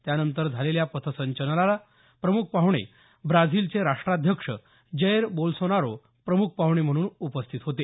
त्यानंतर झालेल्या पथसंचलनाला प्रमुख पाहणे ब्राझीलचे राष्ट्राध्यक्ष जैर बोल्सोनारो प्रमुख पाहणे म्हणून उपस्थित होते